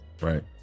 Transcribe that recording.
Right